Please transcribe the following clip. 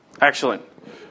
Excellent